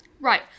Right